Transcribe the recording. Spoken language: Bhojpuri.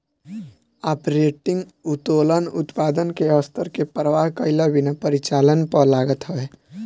आपरेटिंग उत्तोलन उत्पादन के स्तर के परवाह कईला बिना परिचालन पअ लागत हवे